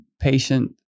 patient